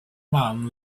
man